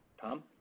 Tom